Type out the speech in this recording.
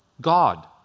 God